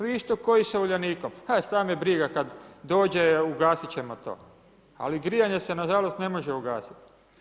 Vi isto kao i sa Uljanikom, a šta me briga kad dođe ugasit ćemo i to, ali grijanje se nažalost ne može ugasiti.